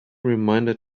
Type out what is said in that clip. reminder